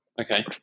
Okay